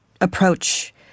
approach